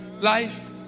life